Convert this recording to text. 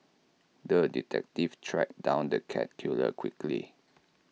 the detective tracked down the cat killer quickly